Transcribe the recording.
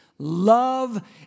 Love